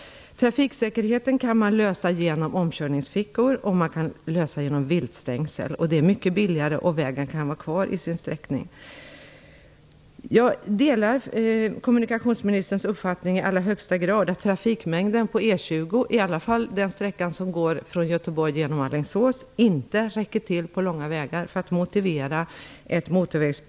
Trafiksäkerheten kan förbättras genom omkörningsfickor och viltstängsel, vilket är mycket billigare. Vägen kan då vara kvar i sin ursprungliga sträckning. Jag delar i allra högsta grad kommunikationsministerns uppfattning, att trafikmängden på E 20 =- Alingsås - inte alls är tillräcklig för att motivera ett motorvägsbygge.